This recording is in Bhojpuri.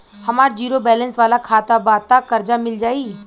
हमार ज़ीरो बैलेंस वाला खाता बा त कर्जा मिल जायी?